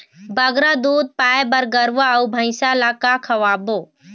बगरा दूध पाए बर गरवा अऊ भैंसा ला का खवाबो?